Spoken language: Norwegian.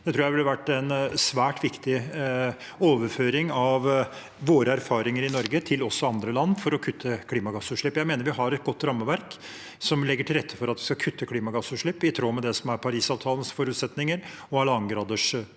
det tror jeg ville vært en svært viktig overføring av våre erfaringer i Norge til andre land for å kutte klimagassutslipp. Jeg mener vi har et godt rammeverk som legger til rette for at vi skal kutte klimagassutslipp i tråd med Parisavtalens forutsetninger og 1,5gradersmålet.